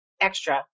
extra